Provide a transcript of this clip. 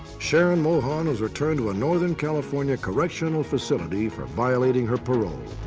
sharon mohon was returned to a northern california correctional facility for violating her parole.